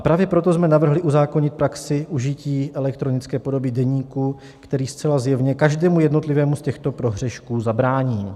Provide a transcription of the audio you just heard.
Právě proto jsme navrhli uzákonit praxi užití elektronické podoby deníku, který zcela zjevně každému jednotlivému z těchto prohřešků zabrání.